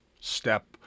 step